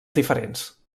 diferents